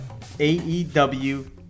aew